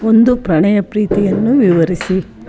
ಒಂದು ಪ್ರಣಯ ಪ್ರೀತಿಯನ್ನು ವಿವರಿಸಿ